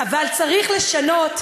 אבל צריך לשנות.